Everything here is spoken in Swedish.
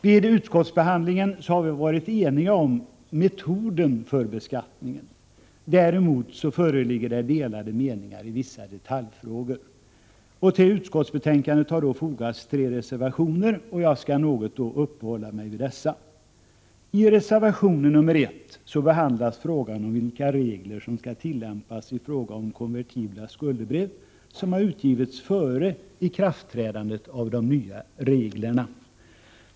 Vid utskottsbehandlingen har vi varit eniga om metoden för beskattningen. Däremot råder det delade meningar i vissa detaljfrågor. Till utskottsbetänkandet har fogats tre reservationer, och jag skall något uppehålla mig vid dessa. I reservation 1 behandlas frågan om vilka regler som skall tillämpas för konvertibla skuldebrev som har utgivits före ikraftträdandet av de nya reglerna.